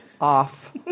off